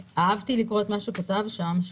אהבתי לקרוא את מה שהוא כתב שם: